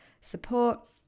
support